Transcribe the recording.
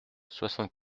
soixante